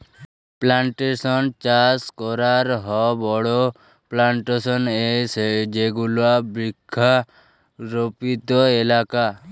plantation চাস করাক হ বড়ো প্লানটেশন এ যেগুলা বৃক্ষরোপিত এলাকা